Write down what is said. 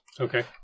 Okay